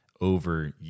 over